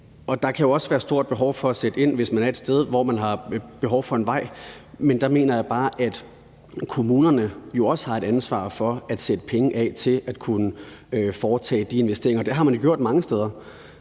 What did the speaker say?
der kan også være et stort behov for at sætte ind, hvis man befinder sig et sted, hvor man har behov for en vej, men der mener jeg bare, kommunerne også har et ansvar for at sætte penge af til at kunne foretage de investeringer. Det har man jo gjort mange steder.